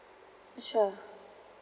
sure